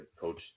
coach